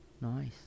Nice